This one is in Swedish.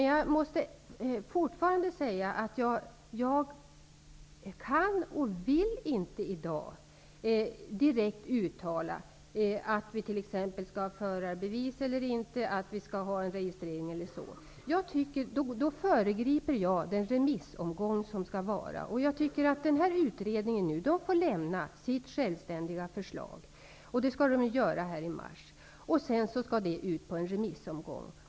Jag måste fortfarande säga att jag i dag inte kan och inte vill direkt uttala att vi t.ex. skall ha förarbevis eller registrering. Om jag uttalade mig på det sättet skulle jag föregripa remissomgången. Jag tycker att utredningen skall få lämna fram sitt självständiga förslag. Det kommer att ske i mars, och sedan skall förslaget ut på en remissomgång.